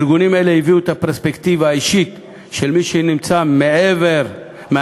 ארגונים אלה הביאו את הפרספקטיבה האישית של מי שנמצא מהעבר השני,